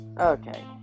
Okay